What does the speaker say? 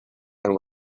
and